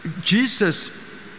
Jesus